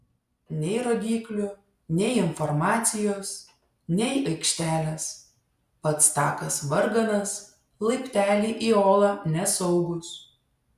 nei rodyklių nei informacijos nei aikštelės pats takas varganas laipteliai į olą nesaugūs